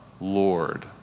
Lord